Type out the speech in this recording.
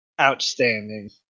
outstanding